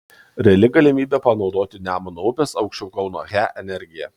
reali galimybė panaudoti nemuno upės aukščiau kauno he energiją